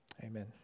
Amen